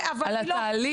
אבל היא לא --- על התהליך,